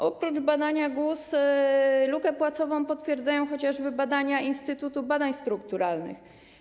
Oprócz badania GUS lukę płacową potwierdzają chociażby badania Instytutu Badań Strukturalnych.